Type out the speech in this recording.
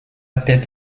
tête